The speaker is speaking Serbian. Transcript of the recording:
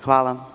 Hvala.